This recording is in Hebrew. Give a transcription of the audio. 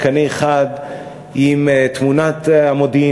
בקנה אחד עם תמונת המודיעין,